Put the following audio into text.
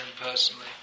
personally